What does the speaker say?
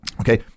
Okay